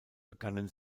begannen